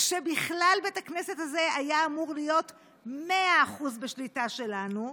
כשבכלל בית הכנסת הזה היה אמור להיות 100% בשליטה שלנו,